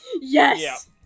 Yes